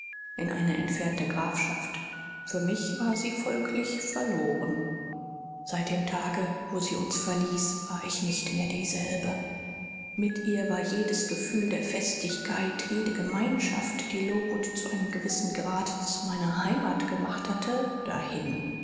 in eine entfernte grafschaft für mich war sie folglich verloren seit dem tage wo sie uns verließ war ich nicht mehr dieselbe mit ihr war jedes gefühl der festigkeit jede gemeinschaft die lowood bis zu einem gewissen grade zu meiner heimat gemacht hatte dahin